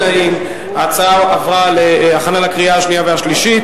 ההצעה להעביר את הצעת חוק החברות (תיקון מס' 14)